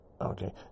Okay